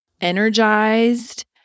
energized